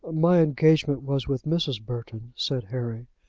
my engagement was with mrs. burton, said harry.